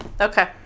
Okay